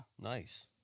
nice